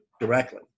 directly